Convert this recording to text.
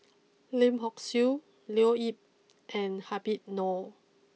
Lim Hock Siew Leo Yip and Habib Noh